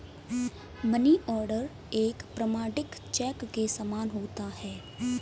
money order एक प्रमाणिक cheque के समान होता है